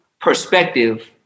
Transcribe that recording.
perspective